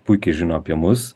puikiai žino apie mus